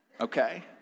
Okay